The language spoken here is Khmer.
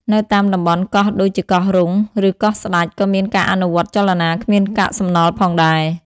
នៅតាមតំបន់កោះដូចជាកោះរ៉ុង ឬកោះស្តេច ក៏មានការអនុវត្តចលនាគ្មានកាកសំណល់ផងដែរ។